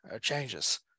changes